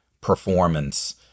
performance